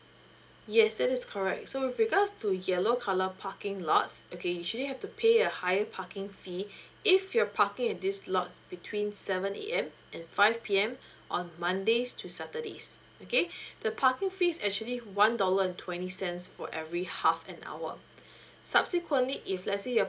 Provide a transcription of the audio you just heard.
yes that is correct so with regards to yellow colour parking lots okay you surely have to pay a higher parking fee if you're parking in this lots between seven A_M and five P_M on mondays to saturdays okay the parking fees actually one dollar and twenty cents for every half an hour subsequently if let's say you're